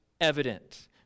evident